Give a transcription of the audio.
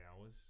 hours